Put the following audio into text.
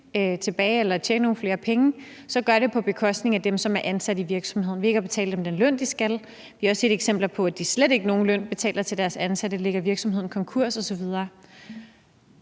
tilbage eller tjene nogle flere penge – så gør det på bekostning af dem, som er ansat i virksomheden, ved ikke at betale dem den løn, de skal. Vi har også set eksempler på, at de slet ikke betaler nogen løn til deres ansatte og f.eks. lader virksomheden gå konkurs osv.